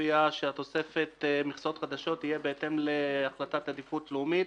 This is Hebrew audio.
הופיע שתוספת מכסות חדשות תהיה בהתאם להחלטת עדיפות לאומית,